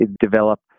develop